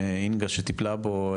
אינגה שטיפלה בו,